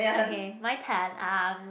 okay my turn um